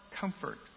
comfort